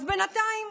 אז בינתיים